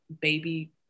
baby